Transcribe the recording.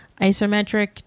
isometric